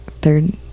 third